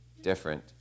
different